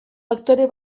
aktore